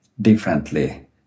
differently